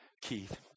Keith